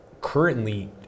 currently